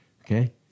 okay